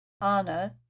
Anna